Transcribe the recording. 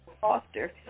Foster